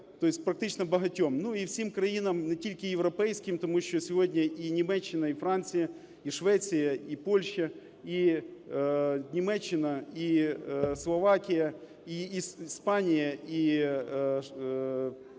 есть практично багатьом. Ну і всім країнам, не тільки європейським, тому що сьогодні і Німеччина, і Франція, і Швеція, і Польща, і Німеччина, і Словакія, і Іспанія, і